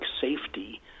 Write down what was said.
safety